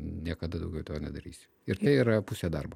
niekada daugiau to nedarysiu ir tai yra pusė darbo